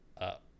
up